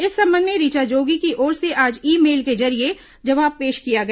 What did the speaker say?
इस संबंध में ऋचा जोगी की ओर से आज ई मेल के जरिए जवाब पेश किया गया